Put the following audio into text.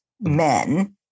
men